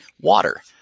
water